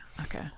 Okay